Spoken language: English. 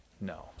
No